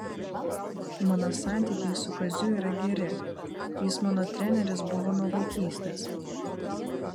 mano santykiai su kaziu yra geri jis mano treneris buvo nuo vaikystės